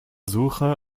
suche